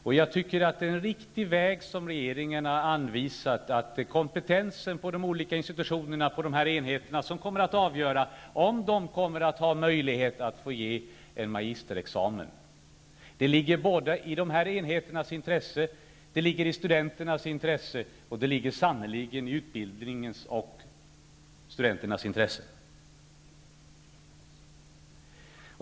Det är en riktig väg som regeringen har anvisat, att kompetensen hos de olika institutionerna på dessa enheter avgör om de får möjlighet att ge en magisterexamen. Det ligger i dessa enheters intresse, i studenternas intresse och sannerligen i samhällets och utbildningens intresse.